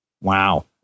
wow